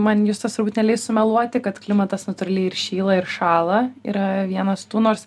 man justas neleis sumeluoti kad klimatas natūraliai ir šyla ir šąla yra vienas tų nors